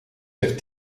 heeft